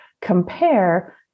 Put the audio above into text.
compare